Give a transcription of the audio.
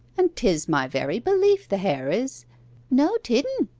and tis my very belief the hair is no tidn.